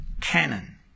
canon